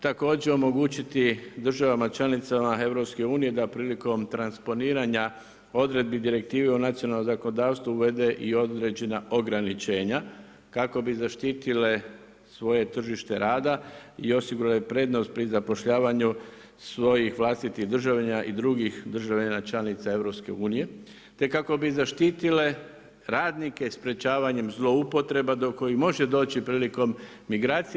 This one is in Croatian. Također omogućiti državama članicama EU da prilikom transponiranja odredbi direktive u nacionalno zakonodavstvo uvede i određena ograničenja kako bi zaštitile svoje tržište rada i osigurale prednost pri zapošljavanju svojih vlastitih državljana i drugih državljana članica EU, te kako bi zaštitile radnike sprječavanjem zloupotreba do kojih može doći prilikom migracija.